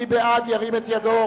מי בעד, ירים את ידו.